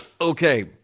Okay